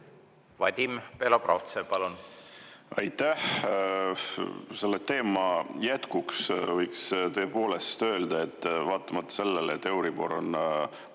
Vadim Belobrovtsev, palun! Aitäh! Selle teema jätkuks võiks tõepoolest öelda, et vaatamata sellele, et euribor on